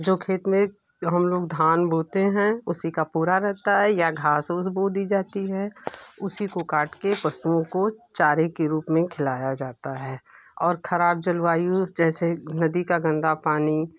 जो खेत में हम लोग धान बोते हैं उसी का पूरा रहता है या घास ऊस बो दी जाती है उसी को काट के पशुओं को चारे के रूप में खिलाया जाता है और खराब जलवायु जैसे नदी का गंदा पानी